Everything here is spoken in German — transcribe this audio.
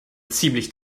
ziemlich